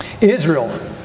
Israel